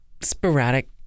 sporadic